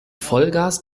vollgas